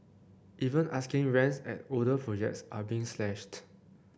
even asking rents at older projects are being slashed